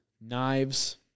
knives